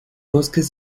bosques